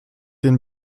den